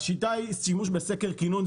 השיטה היא שימוש בסקר קינון,